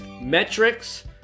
metrics